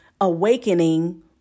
awakening